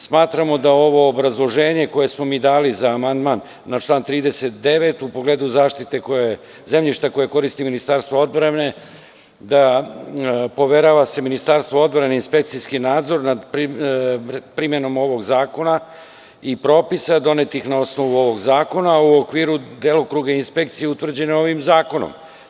Smatramo da ovo obrazloženje koje smo mi dali za amandman na član 39. u pogledu zaštite, zemljište koje koristi Ministarstvo odbrane, poverava se Ministarstvu odbrane inspekcijski nadzor nad primenom ovog zakona i propisa, donetih na osnovu ovog zakona, a u okviru delokruga inspekcije utvrđenog ovim zakonom.